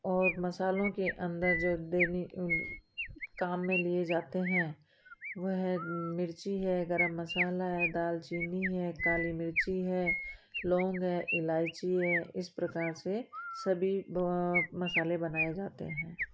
और मसालों के अंदर जो दैनि काम में लिए जाते हैं वह मिर्ची है गरम मसाला है दालचीनी है काली मिर्ची है लॉन्ग है इलायची है इस प्रकार से सभी मसाले बनाए जाते हैं